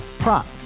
Prop